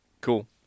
Cool